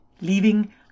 leaving